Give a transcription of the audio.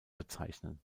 bezeichnen